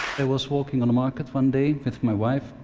was walking in the market one day with my wife,